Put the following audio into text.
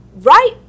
right